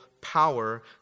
power